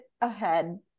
ahead